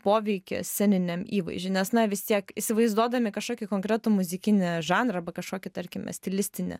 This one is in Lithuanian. poveikį sceniniam įvaizdžiui nes na vis tiek įsivaizduodami kažkokį konkretų muzikinį žanrą arba kažkokį tarkime stilistinį